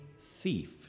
thief